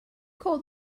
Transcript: called